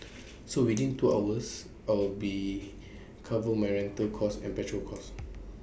so within two hours I will be cover my rental cost and petrol cost